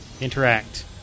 Interact